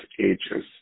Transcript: ages